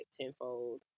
tenfold